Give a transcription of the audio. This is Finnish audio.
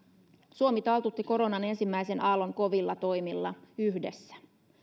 suomi taltutti koronan ensimmäisen aallon kovilla toimilla yhdessä